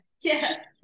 Yes